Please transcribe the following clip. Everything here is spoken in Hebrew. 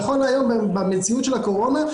נכון להיום במציאות של הקורונה,